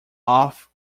off